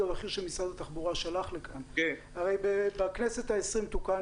הבכיר שמשרד התחבורה שלח לכאן הרי בכנסת העשרים תוקן